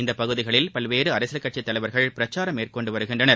இந்தப் பகுதிகளில் பல்வேறு அரசியல் கட்சி தலைவர்கள் பிரச்சாரம் மேற்கொண்டு வருகின்றனர்